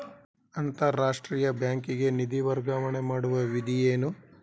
ಅಂತಾರಾಷ್ಟ್ರೀಯ ಬ್ಯಾಂಕಿಗೆ ನಿಧಿ ವರ್ಗಾವಣೆ ಮಾಡುವ ವಿಧಿ ಏನು?